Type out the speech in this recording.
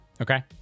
Okay